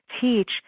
teach